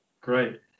Great